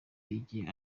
igihe